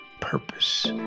purpose